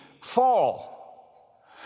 fall